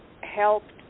helped